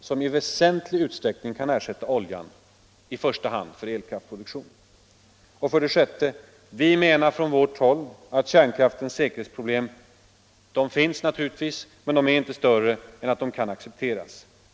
som i väsentlig utsträckning kan ersätta oljan, i första hand för elkraftsproduktion. 6. Vi menar från vårt håll att kärnkraftens säkerhetsproblem — sådana finns naturligtvis — inte är större än att de kan accepteras.